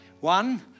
one